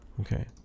okay